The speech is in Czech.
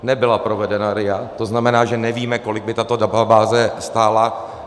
Nebyla provedena RIA, to znamená, že nevíme, kolik by tato databáze stála.